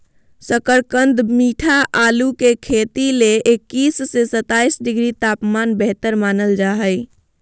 शकरकंद मीठा आलू के खेती ले इक्कीस से सत्ताईस डिग्री तापमान बेहतर मानल जा हय